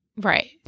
right